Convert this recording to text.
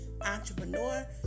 entrepreneur